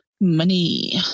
money